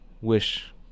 wish